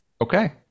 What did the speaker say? okay